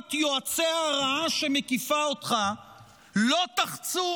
וחבורת יועצי הרעה שמקיפה אותך לא תחצו